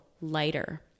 lighter